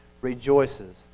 rejoices